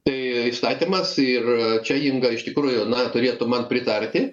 tai įstatymas ir čia inga iš tikrųjų na turėtų man pritarti